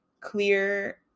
clear